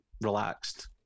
relaxed